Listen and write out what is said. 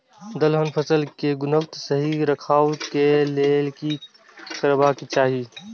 दलहन फसल केय गुणवत्ता सही रखवाक लेल की करबाक चाहि?